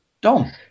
Dom